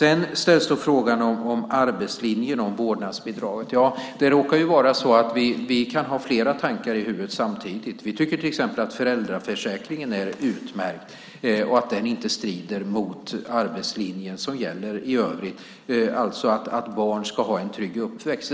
Det ställs frågan om arbetslinje och vårdnadsbidrag. Det råkar vara så att vi kan ha flera tankar i huvudet samtidigt. Vi tycker till exempel att föräldraförsäkringen är utmärkt och att den inte strider mot arbetslinjen, som gäller i övrigt. Barn ska ha en trygg uppväxt.